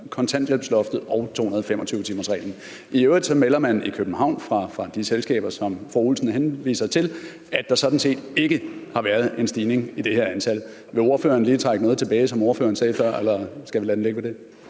kontanthjælpsloftet og 225-timersreglen. I øvrigt melder man i København fra de selskaber, som fru Olsen henviser til, at der sådan set ikke har været en stigning i det her antal. Vil ordføreren lige trække noget tilbage, som ordføreren sagde før, eller skal vi lade den ligge ved det?